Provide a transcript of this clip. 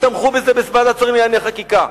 תמכו בזה בוועדת השרים לענייני חקיקה?